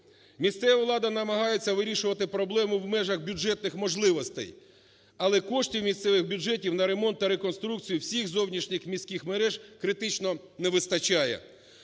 Місцева влада намагається вирішувати проблему в межах бюджетних можливостей. Але коштів в місцевих бюджетах на ремонт та реконструкцію всіх зовнішніх міських мереж критично не вистачає.